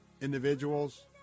individuals